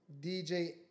DJ